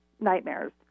nightmares